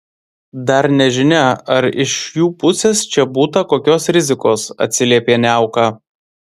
dar nežinia ar iš jų pusės čia būta kokios rizikos atsiliepė niauka